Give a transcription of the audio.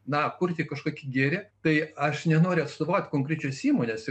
na kurti kažkokį gėrį tai aš nenoriu atstovaut konkrečios įmonės